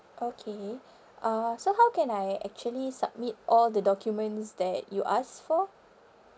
okay uh so how can I actually submit all the documents that you ask for